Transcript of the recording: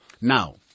Now